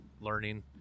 learning